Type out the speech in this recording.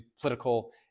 political